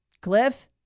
Cliff